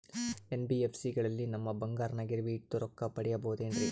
NBFC ಗಳಲ್ಲಿ ನಮ್ಮ ಬಂಗಾರನ ಗಿರಿವಿ ಇಟ್ಟು ರೊಕ್ಕ ಪಡೆಯಬಹುದೇನ್ರಿ?